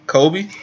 Kobe